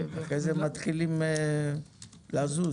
אחרי זה מתחילים לזוז.